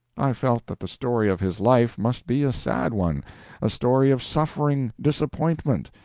i felt that the story of his life must be a sad one a story of suffering, disappointment,